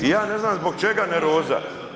I ja ne znam zbog čega nervoza.